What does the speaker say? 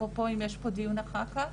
אפרופו אם יש פה דיון אחר-כך,